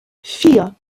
vier